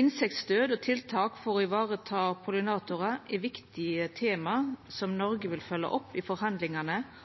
Insektdød og tiltak for å varetaka pollinatorar er viktige tema som Noreg vil følgja opp i forhandlingane